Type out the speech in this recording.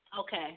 Okay